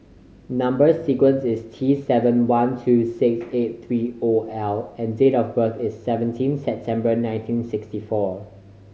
number sequence is T seven one two six eight three O L and date of birth is seventeen September nineteen sixty four